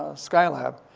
skylab,